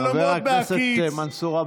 חלומות בהקיץ.